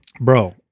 bro